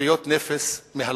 חביות נפץ מהלכות.